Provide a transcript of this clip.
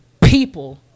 people